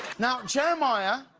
now, jerimiyah,